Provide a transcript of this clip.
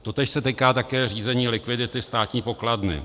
Totéž se týká také řízení likvidity státní pokladny.